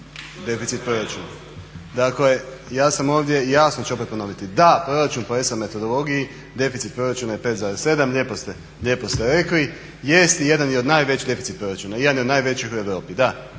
deficit proračuna. Jasno ću ovdje ponoviti, da proračun po ESA metodologiji deficit proračuna je 5,7 lijepo ste rekli, jeste i jedan je od najvećih deficit proračuna, jedan je od najvećih u europi, da,